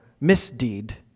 misdeed